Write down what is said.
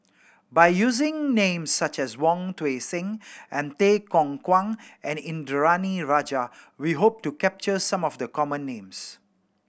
by using names such as Wong Tuang Seng and Tay Yong Kwang and Indranee Rajah we hope to capture some of the common names